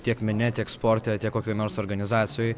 tiek mene tiek sporte tiek kokioj nors organizacijoj